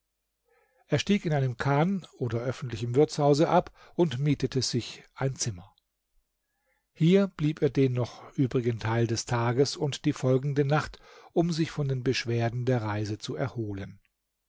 er stieg in einem chan oder öffentlichen wirtshause ab und mietete sich ein zimmer hier blieb er den noch übrigen teil des tages und die folgende nacht um sich von den beschwerden der reise zu erholen